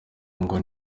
ngo